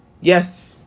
yes